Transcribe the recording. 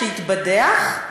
שהתבדח,